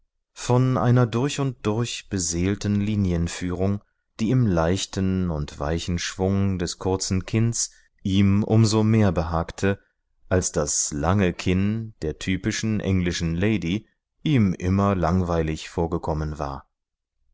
von einer durch und durch beseelten linienführung die im leichten und weichen schwung des kurzen kinns ihm um so mehr behagte als das lange kinn der typischen englischen lady ihm immer langweilig vorgekommen war